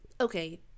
okay